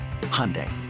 Hyundai